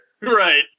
right